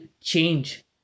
change